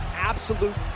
absolute